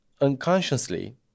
unconsciously